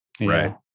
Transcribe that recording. Right